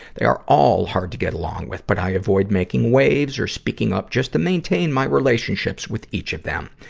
they are all hard to get along with, but i avoid making waves or speaking up just to maintain my relationships with each of them.